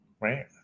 right